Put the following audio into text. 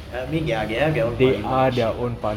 I mean !hey! are their own parliament and shit